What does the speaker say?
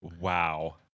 Wow